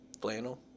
flannel